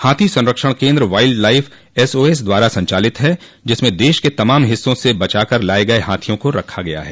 हाथी संरक्षण केन्द्र wildlife S O S द्वारा संचालित है जिसमें दश के तमाम हिस्सों से बचाकर लाये गये हाथियों को रखा गया है